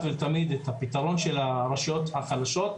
ולתמיד את הפתרון של הרשויות החלשות,